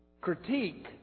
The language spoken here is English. critique